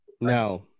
no